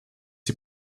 die